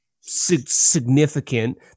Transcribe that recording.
significant